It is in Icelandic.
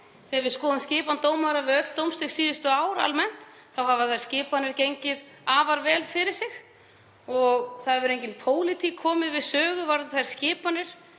Þegar við skoðum skipan dómara við öll dómstig síðustu ár almennt þá hafa þær skipanir gengið afar vel fyrir sig. Það hefur engin pólitík komið við sögu varðandi þær skipanir